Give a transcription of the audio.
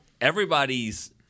everybody's